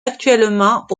actuellement